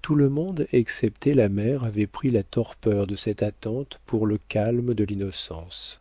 tout le monde excepté la mère avait pris la torpeur de cette attente pour le calme de l'innocence